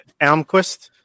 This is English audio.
Almquist